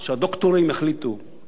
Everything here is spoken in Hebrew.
הדוקטורים, חבר הכנסת שנלר,